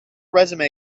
resume